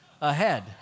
ahead